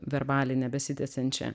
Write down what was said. verbalinę besitęsiančią